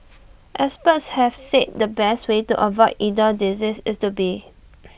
experts have said the best way to avoid either disease is to be